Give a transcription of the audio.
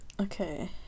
Okay